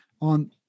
on